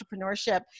entrepreneurship